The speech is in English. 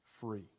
free